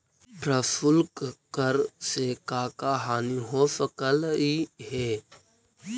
प्रशुल्क कर से का का हानि हो सकलई हे